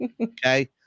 Okay